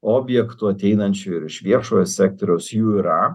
objektų ateinančių ir iš viešojo sektoriaus jų yra